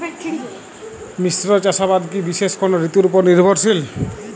মিশ্র চাষাবাদ কি বিশেষ কোনো ঋতুর ওপর নির্ভরশীল?